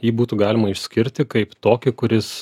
jį būtų galima išskirti kaip tokį kuris